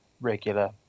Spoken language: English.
regular